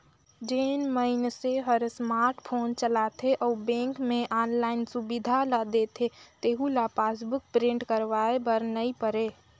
जेन मइनसे हर स्मार्ट फोन चलाथे अउ बेंक मे आनलाईन सुबिधा ल देथे तेहू ल पासबुक प्रिंट करवाये बर नई परे